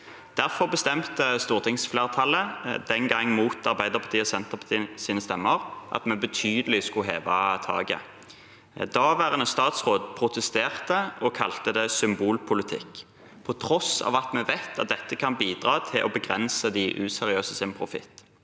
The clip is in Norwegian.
Derfor bestemte stortingsflertallet, den gang mot Arbeiderpartiets og Senterpartiets stemmer, at vi skulle heve taket betydelig. Daværende statsråd protesterte og kalte det symbolpolitikk, på tross av at vi vet at dette kan bidra til å begrense de useriøses profitt.